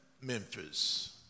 Memphis